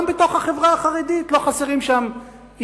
גם בתוך החברה החרדית לא חסרים עיוותים.